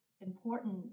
important